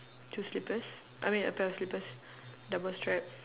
two slippers I mean a pair of slippers double strap